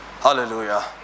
Hallelujah